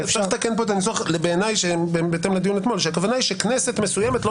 צריך לתקן את הניסוח כך שכנסת מסוימת לא